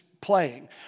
playing